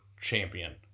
champion